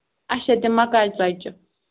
اَچھا تِم مَکاے ژۅچہِ